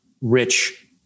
rich